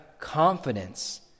Confidence